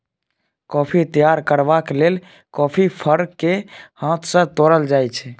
coffee तैयार करबाक लेल कॉफी फर केँ हाथ सँ तोरल जाइ छै